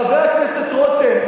חבר הכנסת רותם,